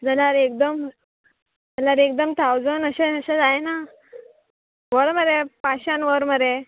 जाल्यार एकदम जाल्यार एकदम थावजंड अशें अशें जायना व्हर मरे पांचश्यान वर मरे